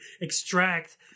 extract